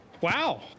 Wow